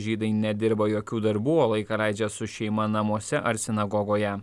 žydai nedirba jokių darbų o laiką leidžia su šeima namuose ar sinagogoje